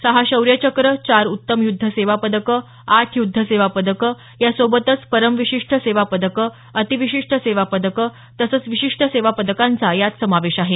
सहा शौर्य चक्र चार उत्तम युद्ध सेवा पदकं आठ युद्ध सेवा पदकं यासोबतच परमविशिष्ट सेवा पदकं अतिविशिष्ट सेवा पदकं तसंच विशिष्ट सेवा पदकांचा यात समावेश आहे